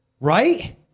Right